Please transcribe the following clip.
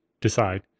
decide